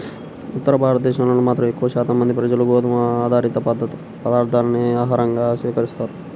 ఉత్తర భారతదేశంలో మాత్రం ఎక్కువ శాతం మంది ప్రజలు గోధుమ ఆధారిత పదార్ధాలనే ఆహారంగా స్వీకరిస్తారు